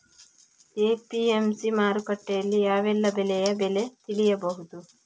APMC ಮಾರುಕಟ್ಟೆಯಲ್ಲಿ ಯಾವೆಲ್ಲಾ ಬೆಳೆಯ ಬೆಲೆ ತಿಳಿಬಹುದು?